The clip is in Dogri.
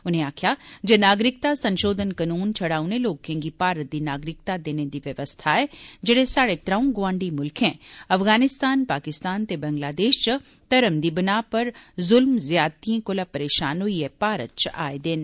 उनें आक्खेआ जे नागरिकता संशोधन कानून शड़ा उनें लोकें गी भारत दी नागरिकता देने दी व्यवस्था ऐ जेड़े स्हाड़े त्र'ऊं गोआंडी मुल्खे अफगानिस्तान पाकिस्तान ते बंगलादेश च धर्म दी बिनाह पर जुल्म ज्यादतिएं कोला परेशान होईएं भारत च आए दे न